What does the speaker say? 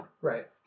Right